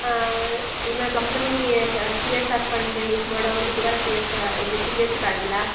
ಹಾಂ ಇನ್ನು ಕಂಪ್ನೀ ಸಹ C S R fund release ಮಾಡೋರ್ದೂ ಕೂಡ ಸಿ ಎಸ್ ಆ ಇದು ಸಿಗ್ನೇಚರ್ ಆಗಿಲ್ಲ